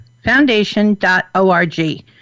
Foundation.org